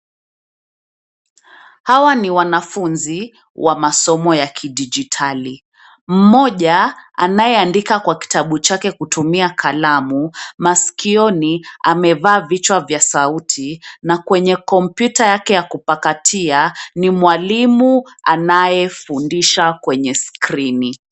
Hawa ni wanafunzi wa masomo ya kidijitali. Mmoja anaye andika kwa kitabu chake kutumia kalamu, masikioni amevaa vichwa vya sauti na kwenye kompyuta yake ya kupakatia ni mwalimu anayefundisha kwenye skrini.